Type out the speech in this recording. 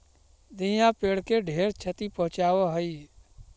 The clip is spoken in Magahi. दियाँ पेड़ के ढेर छति पहुंचाब हई